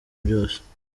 byose